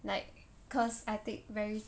like cause I take very